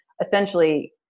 essentially